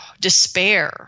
despair